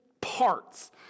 parts